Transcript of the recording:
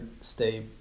stay